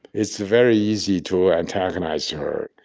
it's very easy to antagonize her.